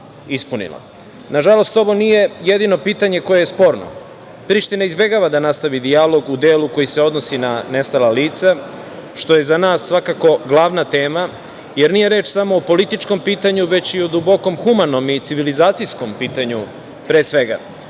ispunila. Nažalost, ovo nije jedino pitanje koje je sporno. Priština izbegava da nastavi dijalog u delu koji se odnosi na nestala lica, što je za nas svakako glavna tema, jer nije reč samo o političkom pitanju, već i o duboko humanom i civilizacijskom pitanju pre svega. Pored